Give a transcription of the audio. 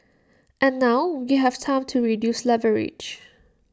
and now we have time to reduce leverage